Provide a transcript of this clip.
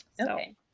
Okay